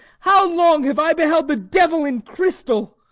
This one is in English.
how long have i beheld the devil in crystal!